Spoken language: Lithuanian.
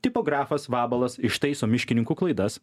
tipografas vabalas ištaiso miškininkų klaidas